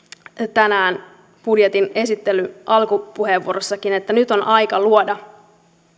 tänään budjetin esittelyn alkupuheenvuorossa että nyt on aika luoda